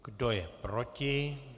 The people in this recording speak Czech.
Kdo je proti?